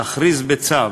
להכריז בצו